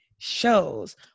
shows